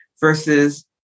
versus